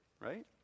right